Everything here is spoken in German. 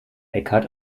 eckhart